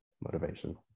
motivation